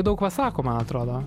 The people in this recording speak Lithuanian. daug pasako man atrodo